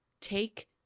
Take